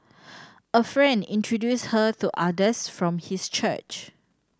a friend introduced her to others from his church